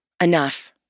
Enough